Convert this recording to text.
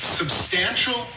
substantial